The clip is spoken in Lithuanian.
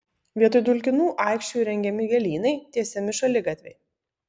vietoj dulkinų aikščių įrengiami gėlynai tiesiami šaligatviai